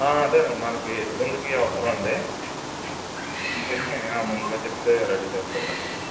అదే మనకు ఎల్లుండికి అవసరం అండి అందుకని ముందుగా చెప్తే రెడీ చేస్తారు కదా